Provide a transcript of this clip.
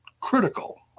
critical